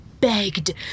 BEGGED